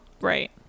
Right